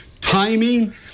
timing